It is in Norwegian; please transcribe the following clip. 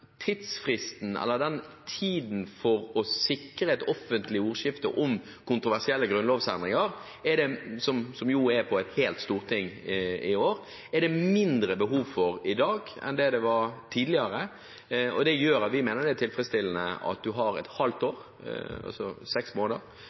for å sikre et offentlig ordskifte om kontroversielle grunnlovsendringer, som tar et helt storting nå, er det mindre behov for i dag enn det var tidligere. Det gjør at vi mener det er tilfredsstillende at man har et halvt år,